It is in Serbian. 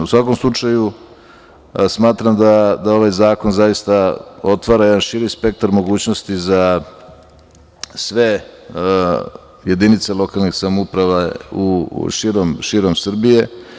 U svakom slučaju, smatram da ovaj zakon zaista otvara jedan širi spektar mogućnosti za sve jedince lokalnih samouprava širom Srbije.